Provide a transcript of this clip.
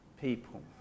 people